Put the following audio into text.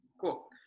cool